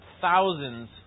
thousands